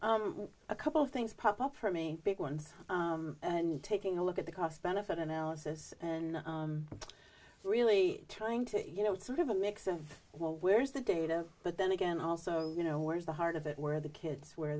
you a couple things pop up for me big ones and taking a look at the cost benefit analysis and really trying to you know it's sort of a mix of well where's the data but then again also you know where's the heart of it where the kids w